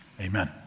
Amen